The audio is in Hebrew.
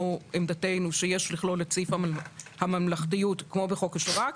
עמדתנו שיש לכלול את סעיף הממלכתיות כמו בחוק השב"כ.